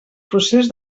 procés